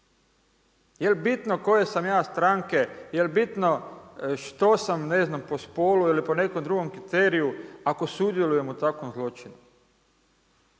Jel bitno koje sam ja stranke, jel bitno što sam ne znam po spolu ili po nekom drugom kriteriju ako sudjelujem u takvom zločinu?